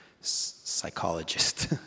psychologist